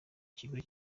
kigero